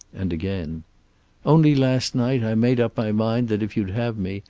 and again only last night i made up my mind that if you'd have me,